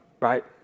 right